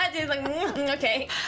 Okay